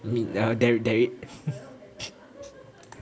I mean the~ there i~